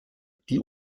die